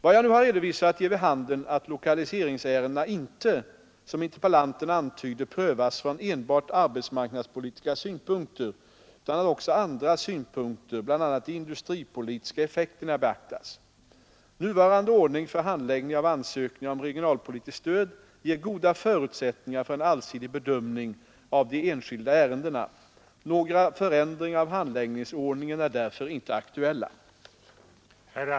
Vad jag nu har redovisat ger vid handen att lokaliseringsärendena inte — som interpellanten antyder — prövas från enbart arbetsmarknadspolitiska synpunkter utan att också andra synpunkter, bl.a. de industripolitiska effekterna, beaktas. Nuvarande ordning för handläggning av ansökningar om regionalpolitiskt stöd ger goda förutsättningar för en allsidig bedömning av de enskilda ärendena. Några förändringar av handläggningsordningen är därför inte aktuella.